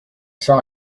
saw